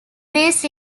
these